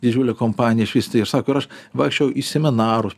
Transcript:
didžiulė kompanija išvis tai ir sako ir aš vaikščiojau į seminarus